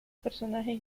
personajes